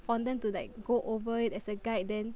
fondant to like go over it as a guide then